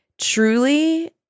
truly